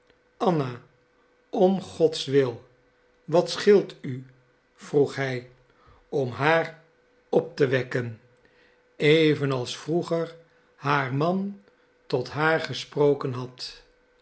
anna om godswil wat scheelt u vroeg hij om haar op te wekken evenals vroeger haar man tot haar gesproken had